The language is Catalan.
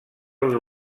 els